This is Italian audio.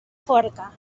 forca